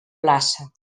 plaça